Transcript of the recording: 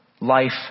life